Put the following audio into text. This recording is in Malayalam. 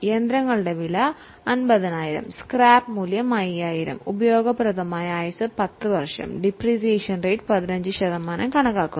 യന്ത്രസാമഗ്രികളുടെ വില 50000 സ്ക്രാപ്പ് മൂല്യം 5000 ഉപയോഗപ്രദമായ ജീവിതം 10 വർഷവും ഡിപ്രീസിയേഷൻ റേറ്റ് 15 ശതമാനവും വയ്ക്കാം